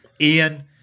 Ian